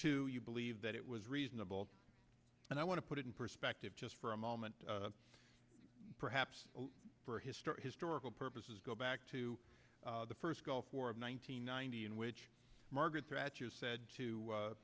to you believe that it was reasonable and i want to put it in perspective just for a moment perhaps for history historical purposes go back to the first gulf war of one nine hundred ninety in which margaret thatcher said to